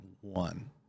one